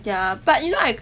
ya but you know I